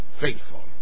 faithful